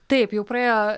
taip jau praėjo